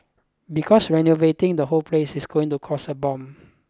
because renovating the whole place is going to cost a bomb